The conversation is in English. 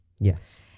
Yes